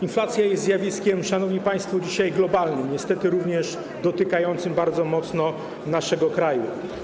Inflacja jest dzisiaj zjawiskiem, szanowni państwo, globalnym, niestety również dotykającym bardzo mocno naszego kraju.